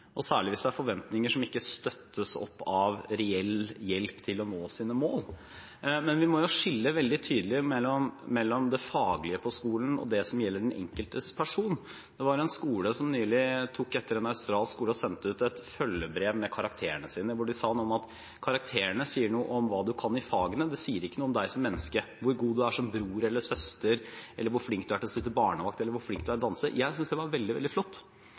forventninger som ikke støttes opp av reell hjelp til å nå sine mål. Vi må skille veldig tydelig mellom det faglige på skolen og det som gjelder den enkelte person. En skole tok nylig etter en australsk skole og sendte ut et følgebrev sammen med karakterene, hvor det sto noe om at karakterene sier noe om hva du kan i fagene, det sier ikke noe om deg som menneske – hvor god du er som bror eller søster, eller hvor flink du er til å sitte barnevakt, eller hvor flink du er til å danse. Jeg syntes det var veldig, veldig flott.